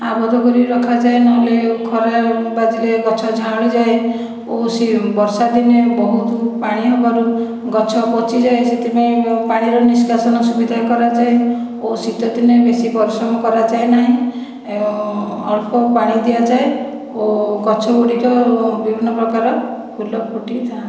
ଆବଦ୍ଧ କରିକି ରଖାଯାଏ ନ ହେଲେ ଖରା ବାଜିଲେ ଗଛ ଝାଉଁଳି ଯାଏ ଓ ସିଏ ବର୍ଷା ଦିନେ ବହୁତ ପାଣି ହେବାରୁ ଗଛ ପଚିଯାଏ ସେଥିପାଇଁ ପାଣିର ନିଷ୍କାସନ ସୁବିଧା କରାଯାଏ ଓ ଶୀତ ଦିନେ ବେଶି ପରିଶ୍ରମ କରାଯାଏ ନାହିଁ ଅଳ୍ପ ପାଣି ଦିଆଯାଏ ଓ ଗଛ ଗୁଡ଼ିକ ବିଭିନ୍ନ ପ୍ରକାର ଫୁଲ ଫୁଟି ଥା'ନ୍ତି